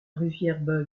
rivière